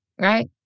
Right